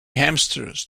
hamsters